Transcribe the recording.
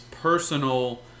personal